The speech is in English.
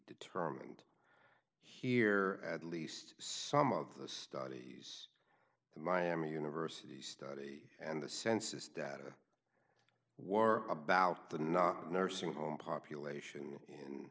determined here at least some of the studies the miami university study and the census data wore about the not nursing home population